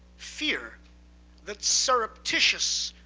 fear that surreptitious